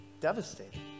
devastating